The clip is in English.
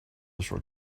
short